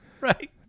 right